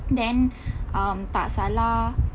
then um tak salah